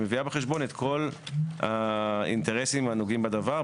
שמביאה בחשבון את כל האינטרסים הנוגעים בדבר,